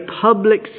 public